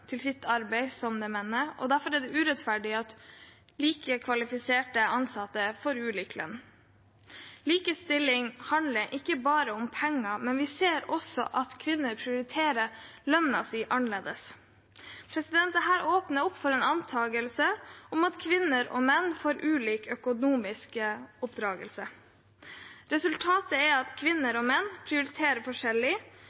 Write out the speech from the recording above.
sitt arbeid som det menn er, derfor er det urettferdig at likt kvalifiserte ansatte får ulik lønn. Likestilling handler ikke bare om penger, vi ser også at kvinner prioriterer lønnen sin annerledes. Dette åpner opp for en antakelse om at kvinner og menn får ulik økonomisk oppdragelse. Resultatet er at kvinner